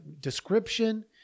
description